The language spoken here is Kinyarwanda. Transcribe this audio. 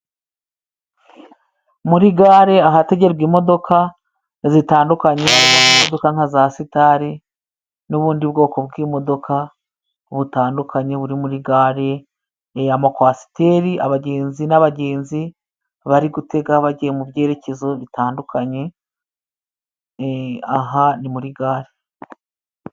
Muri gare ahategerwa imodoka zitandukanye, zirimo imodoka nka za Sitare n'ubundi bwoko bw'imodoka butandukanye buri muri gare, amakwasiteri abagenzi n'abagenzi bari gutega bagiye mu byerekezo bitandukanye, aha ni muri gare.